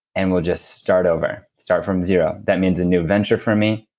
and we'll just start over, start from zero. that means a new venture for me,